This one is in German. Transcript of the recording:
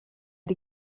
die